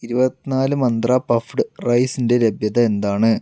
ഇരുപത്തിനാല് മന്ത്ര പഫ്ഡ് റൈസിന്റെ ലഭ്യത എന്താണ്